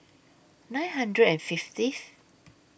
nine hundred and fiftieth